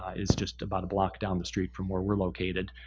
is just about a block down the street from where we're located,